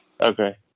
Okay